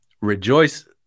Rejoice